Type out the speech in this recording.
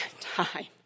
time